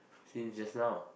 since just now